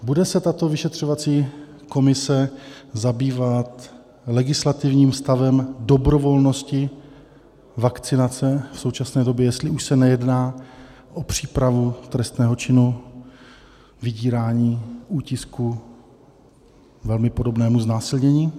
Bude se tato vyšetřovací komise zabývat legislativním stavem dobrovolnosti vakcinace v současné době, jestli už se nejedná o přípravu trestného činu vydírání, útisku, velmi podobnému znásilnění?